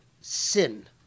sin